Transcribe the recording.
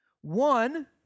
One